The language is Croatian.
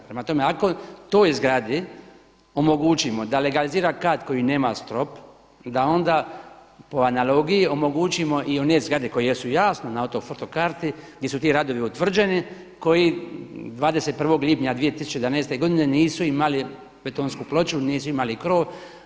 Prema tome, ako toj zgradi omogućimo da legalizira kat koji nema strop da onda po analogiji omogućimo i one zgrade koje jesu jasno na ortofoto karti gdje su ti radovi utvrđeni koji 21. lipnja 2011. godine nisu imali betonsku ploču, nisu imali krov.